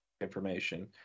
information